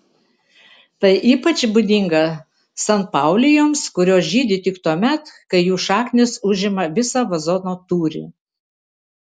tai ypač būdinga sanpaulijoms kurios žydi tik tuomet kai jų šaknys užima visą vazono tūrį